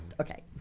okay